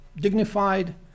dignified